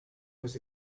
was